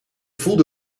voelde